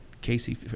Casey